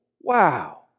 Wow